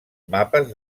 mapes